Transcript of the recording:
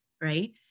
right